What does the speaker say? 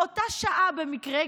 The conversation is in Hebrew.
באותה שעה במקרה,